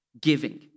giving